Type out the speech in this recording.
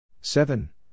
Seven